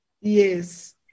Yes